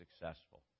successful